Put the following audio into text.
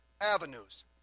avenues